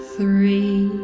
Three